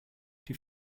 die